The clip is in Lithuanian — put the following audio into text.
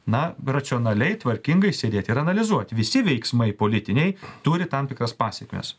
na racionaliai tvarkingai sėdėti ir analizuoti visi veiksmai politiniai turi tam tikras pasekmes